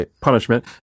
punishment